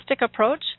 approach